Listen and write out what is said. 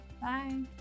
bye